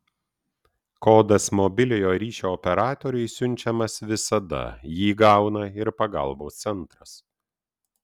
kodas mobiliojo ryšio operatoriui siunčiamas visada jį gauna ir pagalbos centras